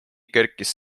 kerkis